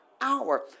hour